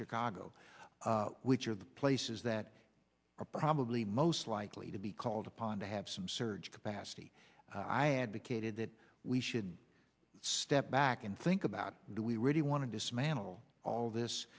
chicago which are the places that are probably most likely to be called upon to have some surge capacity i advocated that we should step back and think about do we really want to dismantle all this